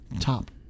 top